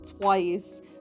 twice